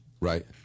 Right